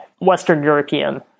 Western-European